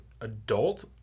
adult